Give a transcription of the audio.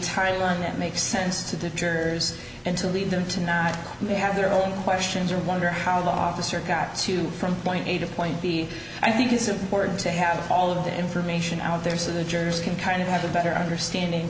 timeline that makes sense to deters and to lead them to not may have their own questions or wonder how the officer got to from point a to point b i think it's important to have all of the information out there so the jurors can kind of have a better understanding